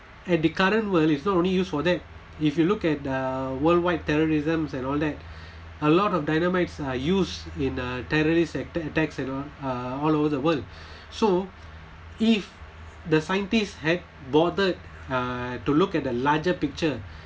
at the current world it's not only use for that if you look at uh worldwide terrorism and all that a lot of dynamites are used in uh terrorist attacks uh all over the world so if the scientists had bothered uh to look at a larger picture